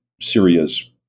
Syria's